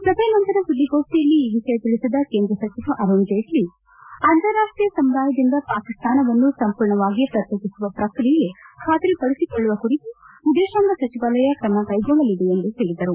ಸಭೆ ನಂತರ ಸುದ್ದಿಗೋಷ್ಠಿಯಲ್ಲಿ ಈ ವಿಷಯ ತಿಳಿಸಿದ ಕೇಂದ್ರ ಸಚಿವ ಅರುಣ್ ಜೇಟ್ಲಿ ಅಂತಾರಾಷ್ಟೀಯ ಸಮುದಾಯದಿಂದ ಪಾಕಿಸ್ತಾನವನ್ನು ಸಂಪೂರ್ಣವಾಗಿ ಪ್ರತ್ಯೇಕಿಸುವ ಪ್ರಕ್ರಿಯೆ ಖಾತ್ರಿ ಪಡಿಸಿಕೊಳ್ಳುವ ಕುರಿತು ವಿದೇಶಾಂಗ ಸಚಿವಾಲಯ ಕ್ರಮ ಕೈಗೊಳ್ಳಲಿದೆ ಎಂದು ಹೇಳಿದರು